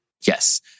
Yes